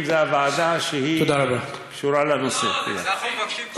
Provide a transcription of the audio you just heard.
יש לך שבועיים לפתור את המצב.